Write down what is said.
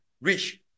rich